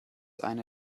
eine